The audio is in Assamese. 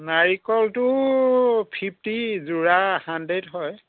নাৰিকলটো ফিফটি যোৰা হাণ্ডেট হয়